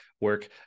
work